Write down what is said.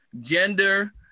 gender